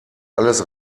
alles